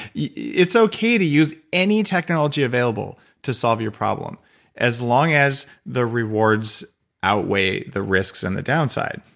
it's okay to use any technology available to solve your problem as long as the rewards outweigh the risks and the downside.